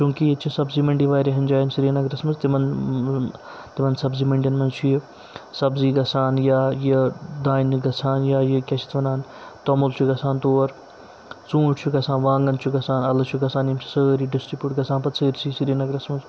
چوٗنکہِ ییٚتہِ چھِ سبزی مٔنٛڈی واریاہَن جایَن سرینگرَس منٛز تِمَن تِمَن سبزی مٔنڈِین منٛز چھُ یہِ سبزی گَژھان یا یہِ دانہِ گَژھان یا یہِ کیٛاہ چھِ اَتھ وَنان توٚمُل چھُ گژھان تور ژوٗنٛٹھۍ چھُ گژھان وانٛگَن چھُ گَژھان اَلہٕ چھُ گَژھان یِم چھِ سٲری ڈِسٹِبیوٗٹ گَژھان پَتہٕ سٲرسٕے سرینگرَس منٛز